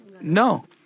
No